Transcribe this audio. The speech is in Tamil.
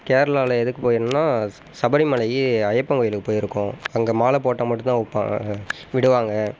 கேரளாவில் எதுக்கு போயிருந்தேன்னா சபரிமலை ஐயப்பன் கோயிலுக்கு போயிருக்கோம் அங்கே மாலை போட்டால் மட்டும் தான் விடுவாங்க